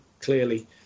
clearly